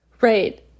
Right